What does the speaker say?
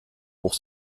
pour